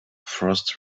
frost